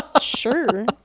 sure